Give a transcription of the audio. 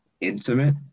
intimate